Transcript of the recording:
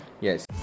Yes